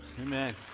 Amen